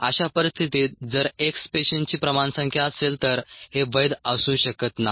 अशा परिस्थितीत जर x पेशींची प्रमाण संख्या असेल तर हे वैध असू शकत नाही